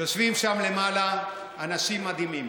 יושבים שם למעלה אנשים מדהימים,